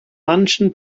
manchen